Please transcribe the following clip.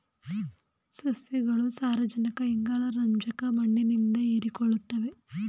ಸಸ್ಯಗಳು ಸಾರಜನಕ ಇಂಗಾಲ ರಂಜಕ ಮಣ್ಣಿನಿಂದ ಹೀರಿಕೊಳ್ಳುತ್ತವೆ